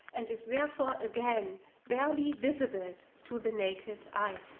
and is therefore again barely visible to the naked eye.